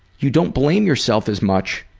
you don't blame yourself as much